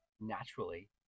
naturally